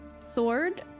sword